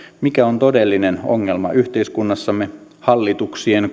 mikä on todellinen ongelma yhteiskunnassamme hallituksien